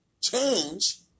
Change